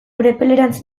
urepelerantz